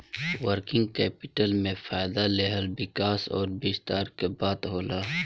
working capital में फ़ायदा लेहल विकास अउर विस्तार के बात होला